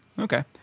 Okay